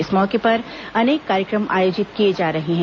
इस मौके पर अनेक कार्यक्रम आयोजित किए जा रहे हैं